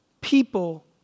people